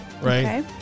right